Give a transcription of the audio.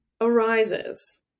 arises